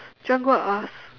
do you want to go out and ask